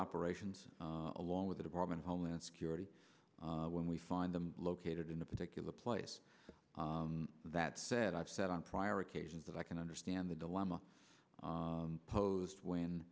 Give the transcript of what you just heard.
operations along with the department of homeland security when we find them located in a particular place that said i've sat on prior occasions that i can understand the dilemma posed when